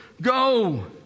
go